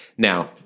Now